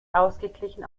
ausgeglichen